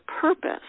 purpose